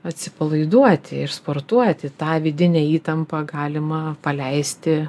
atsipalaiduoti ir sportuoti tą vidinę įtampą galima paleisti